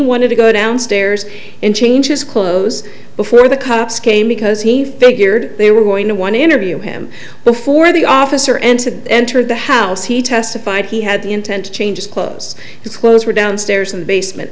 wanted to go downstairs and change his clothes before the cops came because he figured they were going to one interview him before the officer entered entered the house he testified he had the intent to change clothes his clothes were downstairs in the basement